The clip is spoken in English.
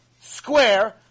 square